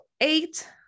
eight